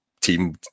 team